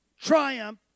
triumph